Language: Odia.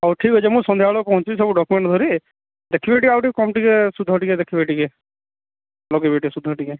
ହଉ ଠିକ୍ଅଛି ମୁଁ ସନ୍ଧ୍ୟାବେଳେ ପହଁଞ୍ଚିବି ସବୁ ଡକୁମେଣ୍ଟ ଧରି ଦେଖିବେ ଟିକେ ଆଉ ଟିକେ କମ୍ ଟିକେ ସୁଧ ଟିକେ ଦେଖିବେ ଟିକେ ସୁଧ ଟିକେ